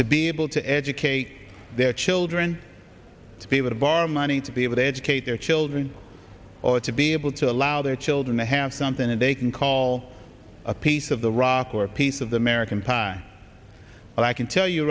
to be able to educate their children to be able to borrow money to be able to educate their children or to be able to allow their children to have something that they can call a piece of the rock or a piece of the american pie and i can tell you